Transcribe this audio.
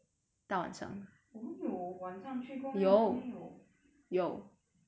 我们有晚上去过 meh 好像没有 how sure are you